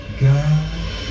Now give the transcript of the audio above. God